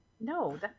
no